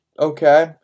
okay